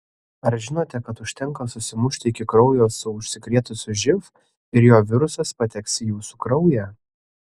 ar žinote kad užtenka susimušti iki kraujo su užsikrėtusiu živ ir jo virusas pateks į jūsų kraują